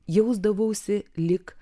jausdavausi lyg